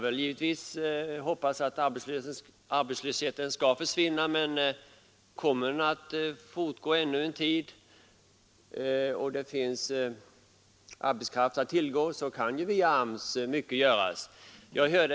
Vi får hoppas att arbetslösheten skall försvinna, men om den kommer att bestå ännu en tid så att det finns arbetskraft att tillgå kan ju mycket göras via AMS.